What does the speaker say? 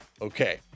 Okay